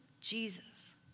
Jesus